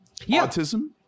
autism